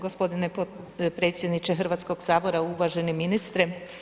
Gospodine predsjedniče Hrvatskog sabora, uvaženi ministre.